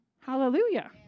Hallelujah